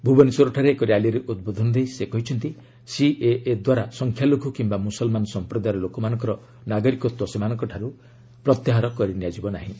ଭୂବନେଶ୍ୱରଠାରେ ଏକ ର୍ୟାଲିରେ ଉଦ୍ବୋଧନ ଦେଇ ସେ କହିଛନ୍ତି ସିଏଏ ଦ୍ୱାରା ସଂଖ୍ୟାଲଘ୍ର କିମ୍ବା ମୁସଲମାନ ସମ୍ପ୍ରଦାୟର ଲୋକମାନଙ୍କର ନାଗରିକତ୍ୱ ସେମାନଙ୍କଠାରୁ ପ୍ରତ୍ୟାହାର କରିନିଆଯିବ ନାହିଁ